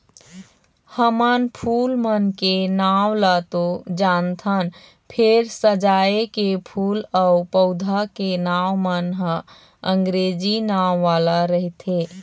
हमन फूल मन के नांव ल तो जानथन फेर सजाए के फूल अउ पउधा के नांव मन ह अंगरेजी नांव वाला रहिथे